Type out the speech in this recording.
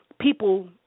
People